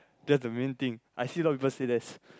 that's the main thing I see a lot people say this